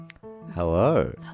Hello